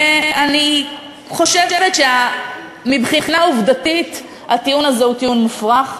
אני חושבת שמבחינה עובדתית הטיעון הזה הוא טיעון מופרך,